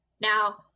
Now